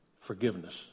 forgiveness